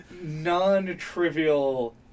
non-trivial